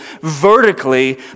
vertically